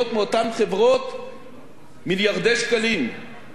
מיליארדי שקלים בשנה הבאה.